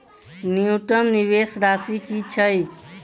न्यूनतम निवेश राशि की छई?